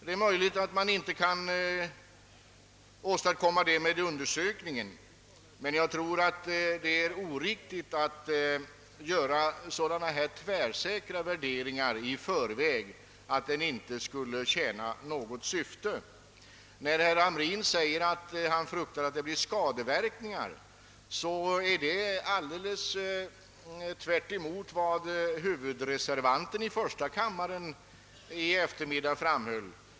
Det är möjligt att man icke kan åstadkomma detta med denna undersökning, men jag tror att det är oriktigt att göra sådana tvärsäkra värderingar i förväg som att undersökningen inte skulle tjäna något syfte. När herr Hamrin säger, att han fruktar att denna undersökning kommer att medföra skadeverkningar, är detta tvärtemot vad huvudreservanten i första kammaren i eftermiddag framhöll.